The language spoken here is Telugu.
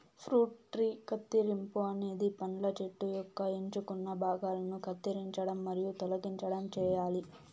ఫ్రూట్ ట్రీ కత్తిరింపు అనేది పండ్ల చెట్టు యొక్క ఎంచుకున్న భాగాలను కత్తిరించడం మరియు తొలగించడం చేయాలి